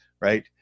right